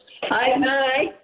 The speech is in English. hi